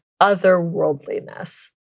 otherworldliness